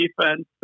defense